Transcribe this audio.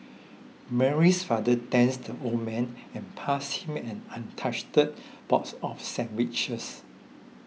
Mary's father thanks the old man and passed him an untouched box of sandwiches